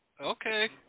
Okay